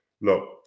look